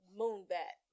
moonbat